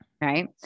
right